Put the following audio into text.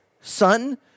son